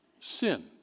sin